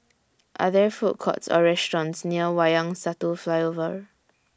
Are There Food Courts Or restaurants near Wayang Satu Flyover